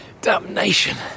Damnation